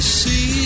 see